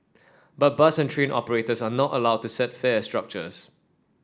but bus and train operators are not allowed to set fare structures